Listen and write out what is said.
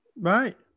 Right